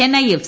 Chennai F